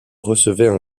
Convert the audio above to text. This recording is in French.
recevaient